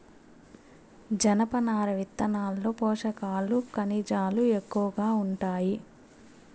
జనపనార విత్తనాల్లో పోషకాలు, ఖనిజాలు ఎక్కువగా ఉంటాయి